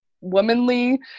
womanly